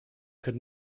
could